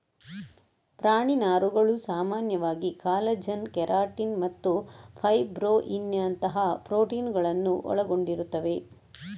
ಪ್ರಾಣಿ ನಾರುಗಳು ಸಾಮಾನ್ಯವಾಗಿ ಕಾಲಜನ್, ಕೆರಾಟಿನ್ ಮತ್ತು ಫೈಬ್ರೊಯಿನ್ನಿನಂತಹ ಪ್ರೋಟೀನುಗಳನ್ನು ಒಳಗೊಂಡಿರುತ್ತವೆ